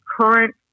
current